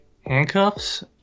Handcuffs